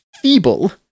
feeble